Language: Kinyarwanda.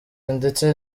ndetse